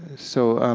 so,